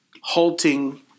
halting